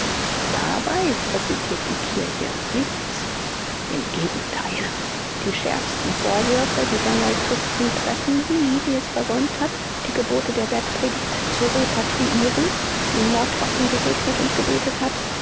dabei profitiert die kirche nichts im gegenteil die schärfsten vorwürfe dieser neuchristen treffen sie die es versäumt hat die gebote der bergpredigt zu repatriieren die mordwaffen gesegnet und gebetet hat